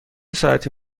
ساعتی